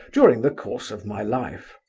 during the course of my life.